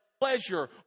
pleasure